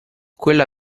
quella